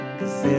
cause